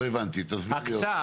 לא הבנתי, תסביר לי עוד פעם.